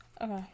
Okay